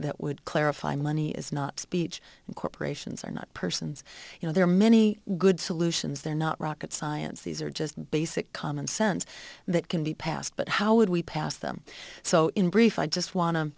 that would clarify money is not speech and corporations are not persons you know there are many good solutions they're not rocket science these are just basic common sense that can be passed but how would we pass them so in brief i just want to